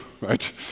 right